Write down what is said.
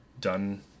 done